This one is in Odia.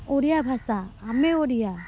ଓଡ଼ିଆ ଭାଷା ଆମେ ଓଡ଼ିଆ